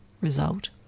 result